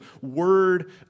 Word